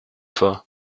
for